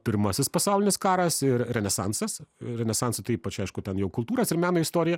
pirmasis pasaulinis karas ir renesansas renesansu tai ypač aišku ten jau kultūras ir meno istorija